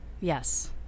Yes